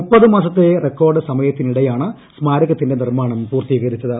മൂപ്പത് മാസത്തെ റെക്കോഡ് സമയത്തിനിടെയാണ് സ്മാരകത്തിന്റെ നിർമ്മാണം പൂർത്തീകരിച്ചത്